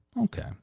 Okay